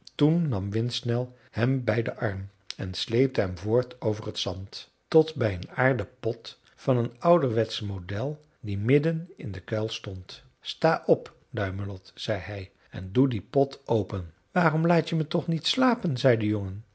toen nam windsnel hem bij den arm en sleepte hem voort over het zand tot bij een aarden pot van een ouderwetsch model die midden in den kuil stond sta op duimelot zei hij en doe dien pot open waarom laat je me toch niet slapen zei de jongen